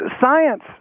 science